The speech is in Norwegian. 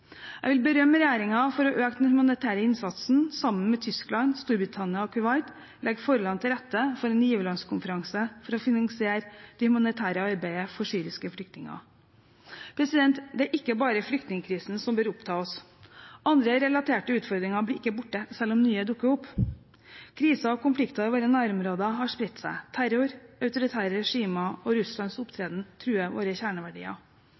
Jeg vil berømme regjeringen for å øke den humanitære innsatsen, og sammen med Tyskland, Storbritannia og Kuwait å legge forholdene til rette for en ny giverlandskonferanse for å finansiere det humanitære arbeidet for syriske flyktninger. Det er ikke bare flyktningkrisen som bør oppta oss. Andre relaterte utfordringer blir ikke borte selv om nye dukker opp. Kriser og konflikter i våre nærområder har spredt seg. Terror, autoritære regimer og Russlands opptreden truer våre kjerneverdier.